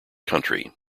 country